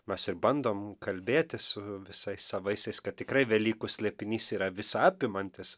mes ir bandom kalbėtis su visais savaisiais kad tikrai velykų slėpinys yra visa apimantis